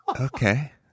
okay